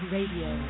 Radio